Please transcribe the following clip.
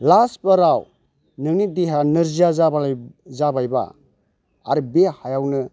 लास बाराव नोंनि देहाया नोरजिया जाबाइ जाबायब्ला आर बे हायावनो